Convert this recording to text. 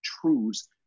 truths